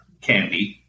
Candy